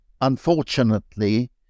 unfortunately